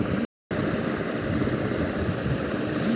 কৃষক বন্ধু কি বলতে পারবেন দানা শস্য চাষের জন্য কি পরিমান জলের প্রয়োজন?